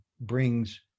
brings